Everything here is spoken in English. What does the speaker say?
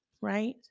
right